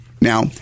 Now